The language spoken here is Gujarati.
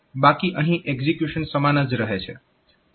બાકી અહીં એક્ઝેક્યુશન સમાન જ રહે છે